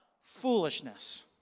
Foolishness